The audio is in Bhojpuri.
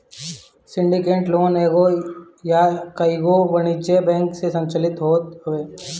सिंडिकेटेड लोन एगो या कईगो वाणिज्यिक बैंक से संचालित होत हवे